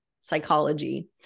psychology